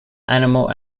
animal